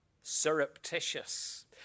surreptitious